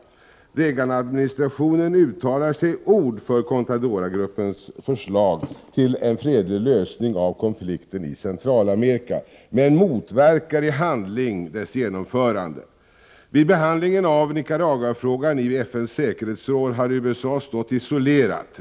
Reagan-administrationen uttalar sig i ord för contadora-gruppens förslag till en fredlig lösning av konflikten i Centralamerika, men motverkar i handling dess genomförande. Vid behandlingen av Nicaragua-frågan i FN:s säkerhetsråd har USA stått isolerat.